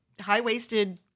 high-waisted